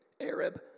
Arab